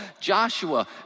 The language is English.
Joshua